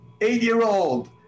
Eight-year-old